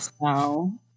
No